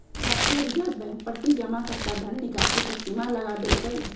भारतीय reserve bank प्रति जमाकर्ता धन निकासी पर सीमा लगा देलकइ